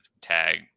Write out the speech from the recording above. tag